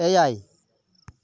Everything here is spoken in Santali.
ᱮᱭᱟᱭ